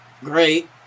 great